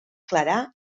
clarà